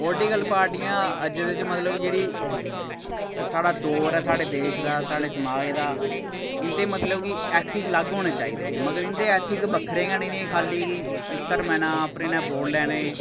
political पार्टियां अज्जै दे च मतलब जेह्ड़ी साढ़ा दौर ऐ साढ़े देश दा साढ़े समाज दा इं'दे मतलब कि ऐथिक अलग होने चाहिदे हे मगर इं'दे ऐथिक बक्खरे गै निं खाल्ली कि धर्मै दे नांऽ उप्पर इ'नें वोट लैने